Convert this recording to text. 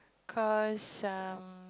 cause um